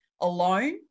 alone